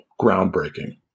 groundbreaking